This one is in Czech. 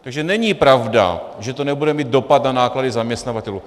Takže není pravda, že to nebude mít dopad na náklady zaměstnavatelů.